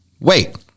wait